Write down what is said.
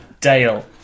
Dale